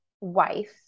wife